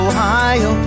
Ohio